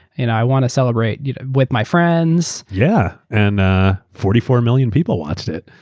and i want to celebrate you know with my friends. yeah. and ah forty four million people watched it.